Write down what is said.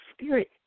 spirit